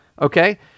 okay